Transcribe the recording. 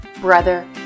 brother